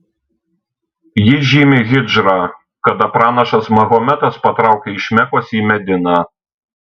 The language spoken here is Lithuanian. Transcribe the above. ji žymi hidžrą kada pranašas mahometas patraukė iš mekos į mediną